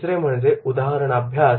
तिसरे म्हणजे case study उदाहरणाभ्यास